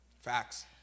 Facts